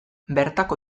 bertako